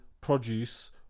produce